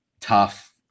tough